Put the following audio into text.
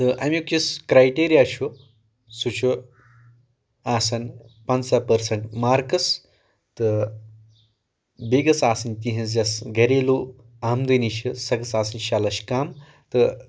تہٕ امیُک یُس کرٛایٹیرِیا چھُ سُہ چھُ آسان پَنٛژاہ پٔرسنٛٹ مارکٕس تہٕ بیٚیہِ گٔژھ آسٕنۍ تِہِںٛز یۄس گَریلوٗ آمدنی چھِ سۄ گٔژھ آسٕنۍ شیٚے لَچھ کَم تہٕ